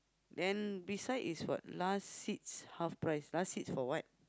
then beside is what last seats half price last seats for what